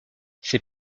ces